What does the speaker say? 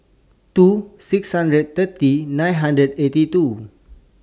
two six hundred thirty nine hundred eighty two